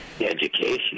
education